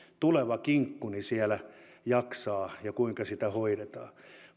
tuleva kinkkuni siellä jaksaa ja kuinka sitä hoidetaan